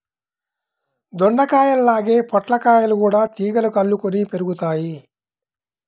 దొండకాయల్లాగే పొట్లకాయలు గూడా తీగలకు అల్లుకొని పెరుగుతయ్